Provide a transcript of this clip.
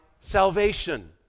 salvation